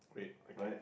red okay